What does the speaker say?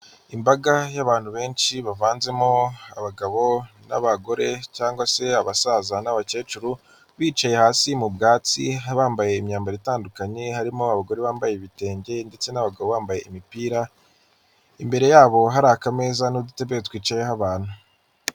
Imbaga y'abantu benshi bavanzemo abagabo n'abagore cyangwa se abasaza n'abakecuru, bicaye hasi mu byatsi bambaye imyambaro itandukanye, harimo abagore bambaye ibitenge ndetse n'abagabo bambaye imipira, imbere yabo hari akameza n'udutebe twicayeho abantu.